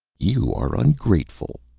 you are ungrateful.